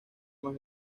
más